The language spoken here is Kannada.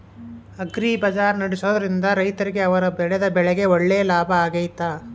ಅಗ್ರಿ ಬಜಾರ್ ನಡೆಸ್ದೊರಿಂದ ರೈತರಿಗೆ ಅವರು ಬೆಳೆದ ಬೆಳೆಗೆ ಒಳ್ಳೆ ಲಾಭ ಆಗ್ತೈತಾ?